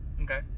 Okay